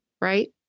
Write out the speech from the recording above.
right